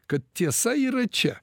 kad tiesa yra čia